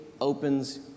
opens